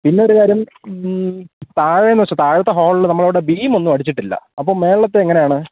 പിന്നെൊരു കാര്യം താഴേന്ന് വെച്ചാ താഴത്തെ ഹോളില് നമ്മളവിടെ ബീമന്നും അടിച്ചിട്ടില്ല അപ്പൊ മേളത്തെ എങ്ങനെയാണ്